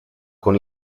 con